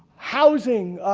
housing,